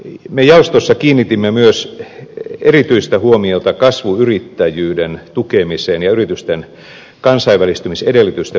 me jaostossa kiinnitimme myös erityistä huomiota kasvuyrittäjyyden tukemiseen ja yritysten kansainvälistymisedellytysten vahvistamiseen